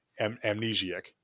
amnesiac